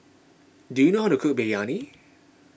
do you know how to cook Biryani